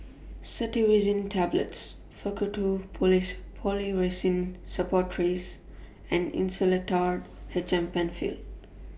Cetirizine Tablets Faktu Police Policresulen Suppositories and Insulatard H M PenFill